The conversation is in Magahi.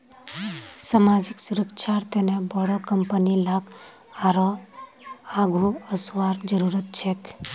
सामाजिक सुरक्षार तने बोरो कंपनी लाक आरोह आघु वसवार जरूरत छेक